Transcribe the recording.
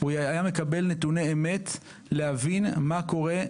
הוא היה מקבל נתוני אמת להבין מה קורה,